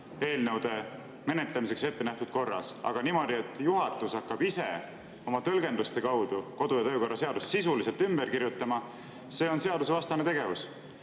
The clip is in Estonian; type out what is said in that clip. eelnõude menetlemiseks ettenähtud korras. Aga et juhatus hakkab ise oma tõlgenduste alusel kodu- ja töökorra seadust sisuliselt ümber kirjutama – see on seadusevastane tegevus.